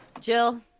Jill